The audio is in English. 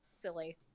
silly